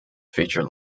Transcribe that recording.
feature